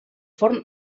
forn